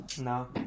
No